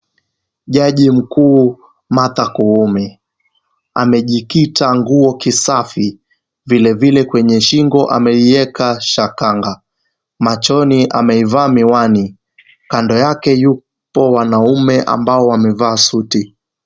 Jaji mkuu Martha Koome amejikita nguo safi, vilevile kwenye shingo ameiweka shakanga . Machoni ameivaa miwani, kando yake yuko wanaume ambao wamevaa suti.